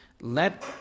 let